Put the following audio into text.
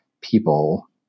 people